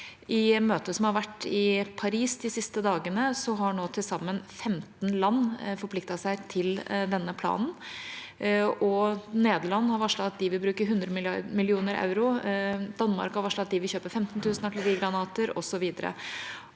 I møtet som har vært i Paris de siste dagene, har nå til sammen 15 land forpliktet seg til denne planen. Nederland har varslet at de vil bruke 100 mill. euro, Danmark har varslet at de vil kjøpe 15 000 artillerigranater, osv.